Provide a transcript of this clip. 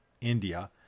India